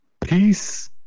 Peace